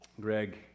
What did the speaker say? Greg